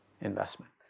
investment